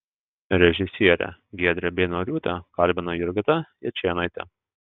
režisierę giedrę beinoriūtę kalbino jurgita jačėnaitė